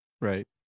right